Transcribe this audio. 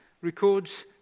records